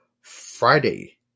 Friday